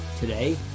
Today